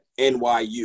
NYU